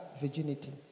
virginity